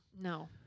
No